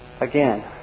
Again